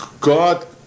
God